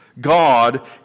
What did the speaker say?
God